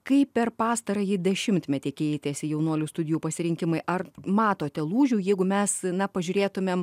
kaip per pastarąjį dešimtmetį keitėsi jaunuolių studijų pasirinkimai ar matote lūžių jeigu mes na pažiūrėtumėm